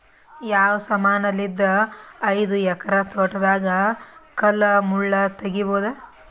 ಯಾವ ಸಮಾನಲಿದ್ದ ಐದು ಎಕರ ತೋಟದಾಗ ಕಲ್ ಮುಳ್ ತಗಿಬೊದ?